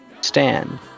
stand